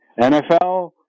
NFL